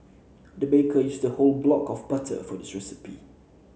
the baker used a whole block of butter for this recipe